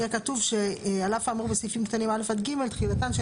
יהיה כתוב שעל אף האמור בסעיפים קטנים (א) עד (ג) תחילתם של